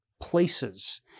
places